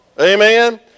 amen